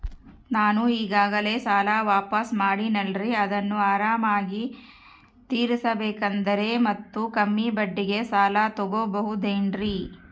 ನಾನು ಈಗಾಗಲೇ ಸಾಲ ವಾಪಾಸ್ಸು ಮಾಡಿನಲ್ರಿ ಅದನ್ನು ಆರಾಮಾಗಿ ತೇರಿಸಬೇಕಂದರೆ ಮತ್ತ ಕಮ್ಮಿ ಬಡ್ಡಿಗೆ ಸಾಲ ತಗೋಬಹುದೇನ್ರಿ?